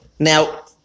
Now